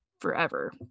forever